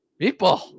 Meatball